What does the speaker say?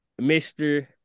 Mr